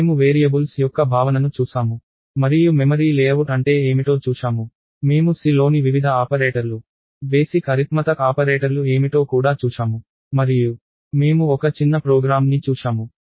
మేము వేరియబుల్స్ యొక్క భావనను చూసాము మరియు మెమరీ లేఅవుట్ అంటే ఏమిటో చూశాము మేము C లోని వివిధ ఆపరేటర్లు బేసిక్ అంకగణిత ఆపరేటర్లు ఏమిటో కూడా చూశాము మరియు మేము ఒక చిన్న ప్రోగ్రామ్ని చూశాము